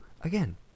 Again